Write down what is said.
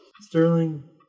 Sterling